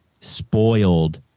spoiled